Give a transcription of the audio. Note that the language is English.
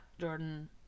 Jordan